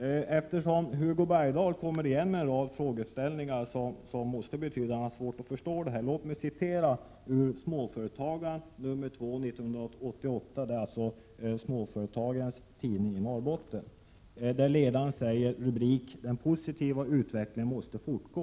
oerhört. Hugo Bergdahl återkommer med en rad frågeställningar. Det måste betyda att han har svårt att förstå detta. Låt mig citera Småföretagaren, småföretagens tidning i Norrbotten, nr 2 från 1988. Rubriken på ledaren lyder: ”Den positiva utvecklingen måste fortgå”.